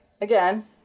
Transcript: Again